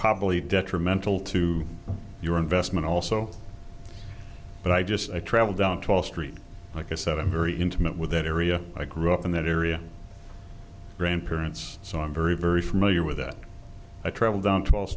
probably detrimental to your investment also but i just i travel down to all street like i said i'm very intimate with that area i grew up in that area grandparents so i'm very very familiar with that i travel down t